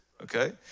Okay